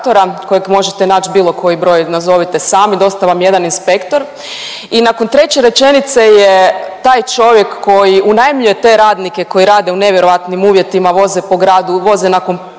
kojeg možete nać bilo koji broj nazovite sami dosta vam je jedan inspektor i nakon treće rečenice je taj čovjek koji unajmljuje te radnike koji rade u nevjerojatnim uvjetima, voze po gradu, voze nakon